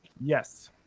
Yes